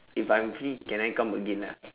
if I'm free can I come again ah